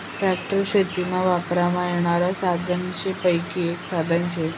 tractor शेतीमा वापरमा येनारा साधनेसपैकी एक साधन शे